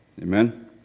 Amen